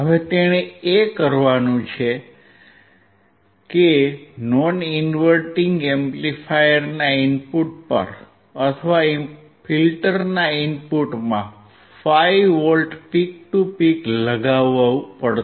હવે તેણે એ કરવાનું છે કે નોન ઇન્વર્ટીંગ એમ્પ્લીફાયરના ઇનપુટ પર અથવા ફિલ્ટરના ઇનપુટમાં 5V પીક ટુ પીક લગાવવું પડશે